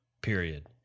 period